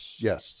Yes